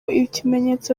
ikimenyetso